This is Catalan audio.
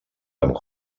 amb